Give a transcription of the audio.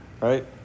right